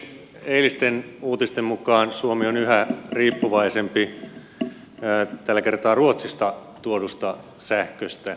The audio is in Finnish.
eilisten uutisten mukaan suomi on yhä riippuvaisempi tällä kertaa ruotsista tuodusta sähköstä